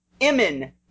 Emin